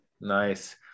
Nice